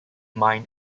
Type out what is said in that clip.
mine